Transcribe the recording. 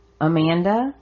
amanda